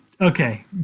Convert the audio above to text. okay